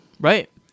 Right